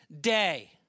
day